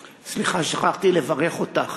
סליחה, שכחתי לברך אותך,